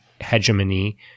hegemony